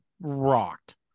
rocked